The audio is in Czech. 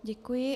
Děkuji.